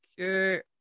Okay